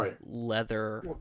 leather